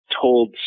told